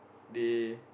they